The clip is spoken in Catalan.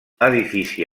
edifici